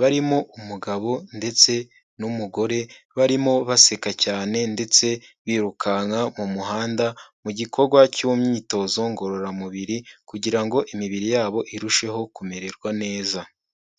barimo umugabo ndetse n'umugore, barimo baseka cyane ndetse birukanka mu muhanda mu gikorwa cyo mu myitozo ngororamubiri kugira ngo imibiri yabo irusheho kumererwa neza.